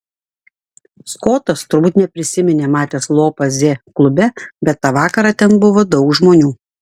skotas turbūt neprisiminė matęs lopą z klube bet tą vakarą ten buvo daug žmonių